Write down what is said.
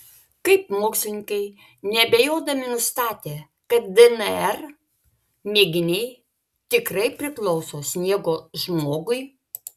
kaip mokslininkai neabejodami nustatė kad dnr mėginiai tikrai priklauso sniego žmogui